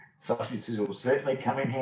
substances almost certainly come